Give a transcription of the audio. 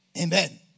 Amen